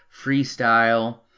freestyle